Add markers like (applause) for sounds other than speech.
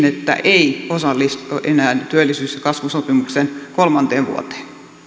(unintelligible) että ei osallistu enää työllisyys ja kasvusopimuksen kolmanteen vuoteen